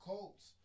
Colts